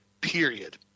period